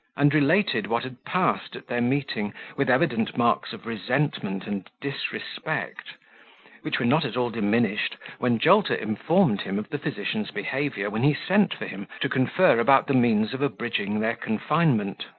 and related what had passed at their meeting with evident marks of resentment and disrespect which were not at all diminished, when jolter informed him of the physician's behaviour when he sent for him, to confer about the means of abridging their confinement.